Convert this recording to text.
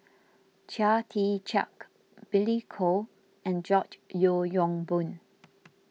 Chia Tee Chiak Billy Koh and George Yeo Yong Boon